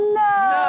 no